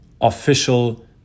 official